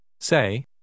Say